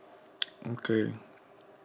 okay